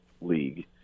league